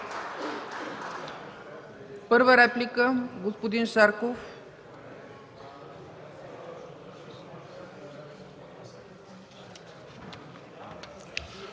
Първа реплика? Господин Шарков.